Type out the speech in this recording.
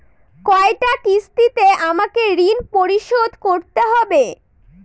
কয়টা কিস্তিতে আমাকে ঋণ পরিশোধ করতে হবে?